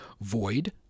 Void